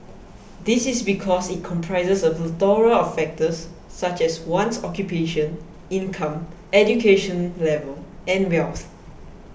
this is because it comprises a plethora of factors such as one's occupation income education level and wealth